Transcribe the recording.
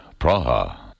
Praha